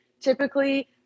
typically